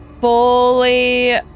fully